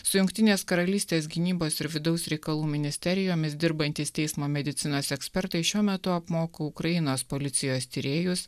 su jungtinės karalystės gynybos ir vidaus reikalų ministerijomis dirbantys teismo medicinos ekspertai šiuo metu apmoko ukrainos policijos tyrėjus